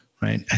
right